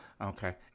Okay